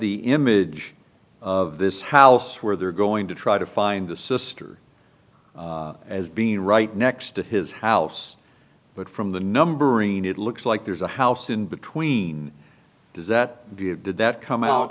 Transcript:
the image of this house where they're going to try to find the sister as being right next to his house but from the numbering it looks like there's a house in between does that did that come out